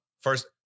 first